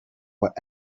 what